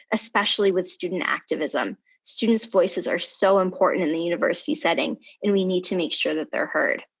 especially with student activism. students' voices are so important in the university setting and we need to make sure that they're heard.